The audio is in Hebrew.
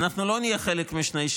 אנחנו לא נהיה חלק משני-שלישים,